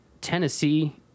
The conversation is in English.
Tennessee